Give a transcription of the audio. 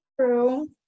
True